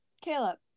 Caleb